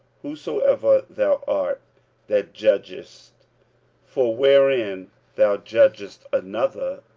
whosoever thou art that judgest for wherein thou judgest another,